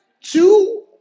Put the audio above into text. two